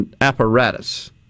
apparatus